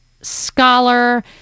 scholar